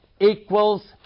equals